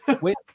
Wait